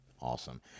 Awesome